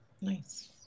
Nice